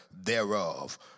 thereof